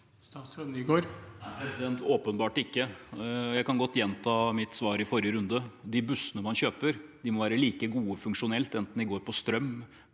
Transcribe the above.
Nygård Nei, åpenbart ikke. Jeg kan godt gjenta mitt svar fra forrige runde. De bussene man kjøper, må være like gode funksjonelt enten de går på strøm,